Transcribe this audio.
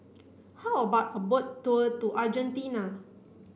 how about a boat tour to Argentina